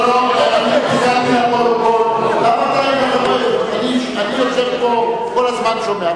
תיקנתי בפרוטוקול, אני יושב פה וכל הזמן שומע.